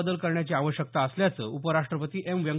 बदल करण्याची आवश्यकता असल्याचं उपराष्ट्रपती एम व्यं ते